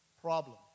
problem